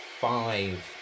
five